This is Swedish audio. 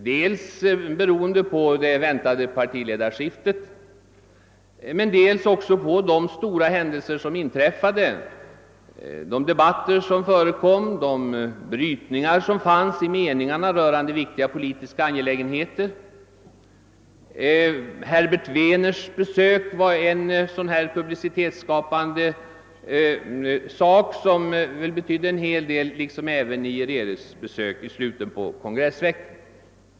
Det be rodde dels på det väntade partiledarskiftet, dels på de stora händelser som inträffade, de debatter som förekom, de meningsbrytningar i viktiga politiska angelägenheter som kom till uttryck. Herbert Wehners besök var en sådan publicitetsskapande sak som väl betydde en hel del liksom även Nyereres besök i slutet av kongressveckan.